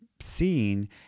seeing